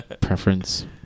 Preference